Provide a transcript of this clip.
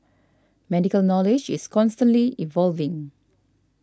medical knowledge is evolving